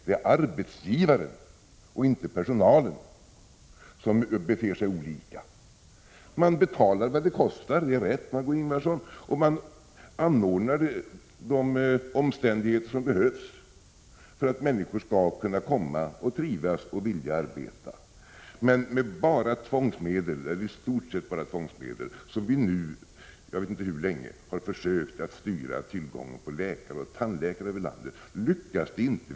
Det är arbetsgivaren, inte personalen, som beter sig annorlunda. Om man betalar vad det kostar — med all rätt, Margé Ingvardsson — och ordnar de omständigheter som behövs för att människor skall trivas och vilja arbeta, klarar man uppgiften. Men med enbart tvångsmedel -— eller i stort sett enbart sådana — som vi nu har använt, jag vet inte hur länge, för att försöka styra tillgången på läkare och tandläkare över landet lyckas vi inte.